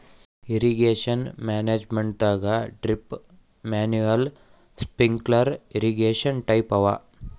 irrigation ಮ್ಯಾನೇಜ್ಮೆಂಟದಾಗ್ drip manual sprinkler irrigation type ಅವ